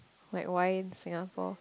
like why in Singapore